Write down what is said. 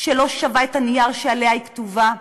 שלא שווה את הנייר שעליה היא כתובה?